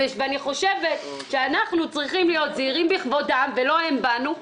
אני חושבת שאנחנו צריכים להיות זהירים בכבודם ולא הם בכבודנו.